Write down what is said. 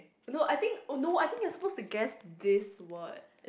no I think oh no I think you're supposed to guess this word